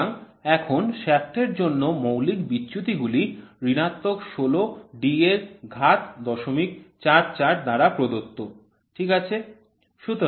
সুতরাং এখন শ্যাফ্টের জন্য মৌলিক বিচ্যুতিগুলি ঋণাত্মক ১৬ D এর ঘাত ০৪৪ দ্বারা প্রদত্ত ঠিক আছে